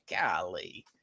golly